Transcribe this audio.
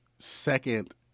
second